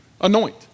anoint